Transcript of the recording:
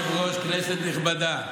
כבוד היושב-ראש, כנסת נכבדה,